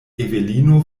evelino